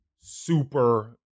super